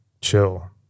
chill